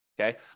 okay